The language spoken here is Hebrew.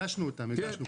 הגשנו אותן בהסתייגויות.